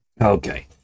Okay